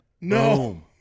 No